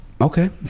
okay